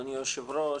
אדוני היושב ראש,